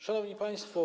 Szanowni Państwo!